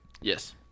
Yes